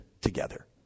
together